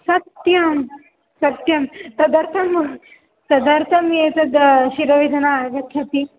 सत्यं सत्यं तदर्थं तदर्थम् एतद् शिरोवेदना आगच्छति